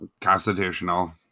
constitutional